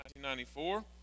1994